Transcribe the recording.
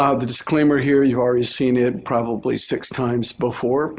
ah the disclaimer here, you've already seen it probably six times before.